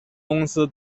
公司